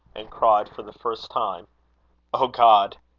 and cried for the first time o god,